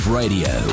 radio